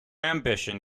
ambition